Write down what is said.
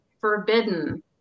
forbidden